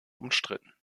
umstritten